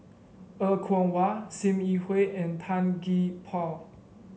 Er Kwong Wah Sim Yi Hui and Tan Gee Paw